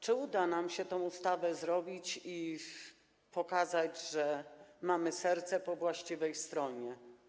Czy uda nam się tę ustawę stworzyć i pokazać, że mamy serce po właściwej stronie?